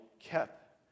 kept